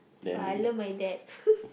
but I love my dad